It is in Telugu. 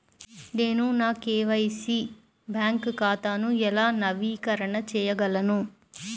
నేను నా కే.వై.సి బ్యాంక్ ఖాతాను ఎలా నవీకరణ చేయగలను?